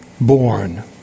born